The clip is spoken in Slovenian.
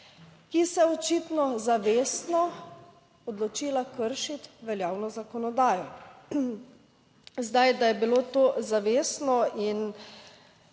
ki se je očitno zavestno odločila kršiti veljavno zakonodajo. Zdaj, da je bilo to zavestno in